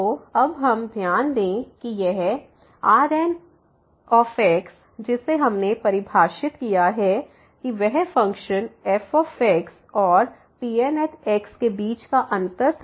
तो अब हम ध्यान दें कि ये Rn जिसे हमने परिभाषित किया है कि वह फ़ंक्शन f और Pn के बीच का अंतर था